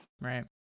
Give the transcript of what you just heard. Right